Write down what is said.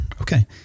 Okay